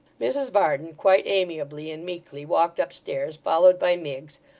mrs varden quite amiably and meekly walked upstairs, followed by miggs,